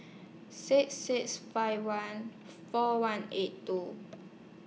six six five one four one eight two